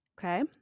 okay